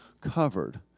covered